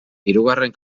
hirugarren